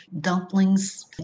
dumplings